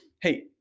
hey